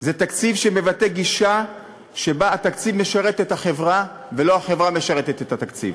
זה תקציב שמבטא גישה שהתקציב משרת את החברה ולא החברה משרתת את התקציב.